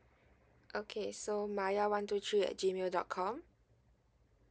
okay so maya one two three at G mail dot com